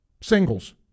Singles